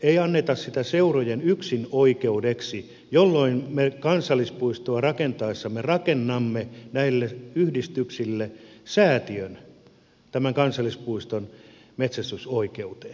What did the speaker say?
ei anneta sitä seurojen yksinoikeudeksi jolloin me kansallispuistoa rakentaessamme rakennamme näille yhdistyksille säätiön tämän kansallispuiston metsästysoikeuteen